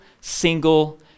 single